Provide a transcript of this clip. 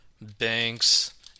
banks